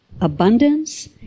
abundance